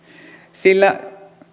sillä